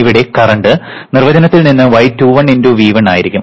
ഇവിടെ കറന്റ് നിർവചനത്തിൽ നിന്ന് y21 × V1 ആയിരിക്കും